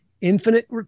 infinite